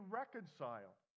reconciled